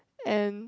and